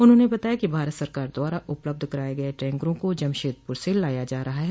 उन्होंने बताया कि भारत सरकार द्वारा उपलब्ध कराये गये टैंकरों को जमशेदपुर से लाया जा रहा है